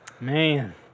Man